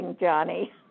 Johnny